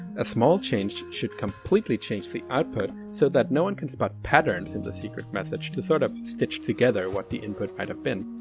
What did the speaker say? a small change should completely change the output so that no one can spot patterns in the secret message to sort of stitch together what the input might have been.